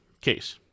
case